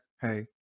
Hey